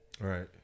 Right